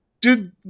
dude